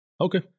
Okay